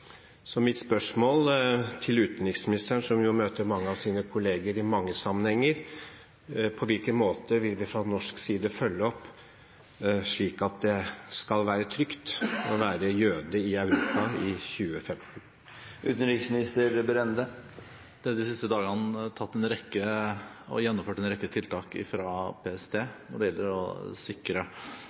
Så mitt spørsmål til utenriksministeren, som møter mange av sine kolleger i mange sammenhenger, er: På hvilken måte vil vi fra norsk side følge opp, slik at det skal være trygt å være jøde i Europa i 2015? Det er de siste dagene gjennomført en rekke tiltak fra PST når det gjelder å sikre